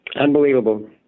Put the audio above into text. Unbelievable